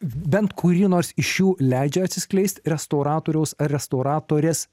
bent kuri nors iš jų leidžia atsiskleist restauratoriaus ar restauratorės